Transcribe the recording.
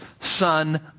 son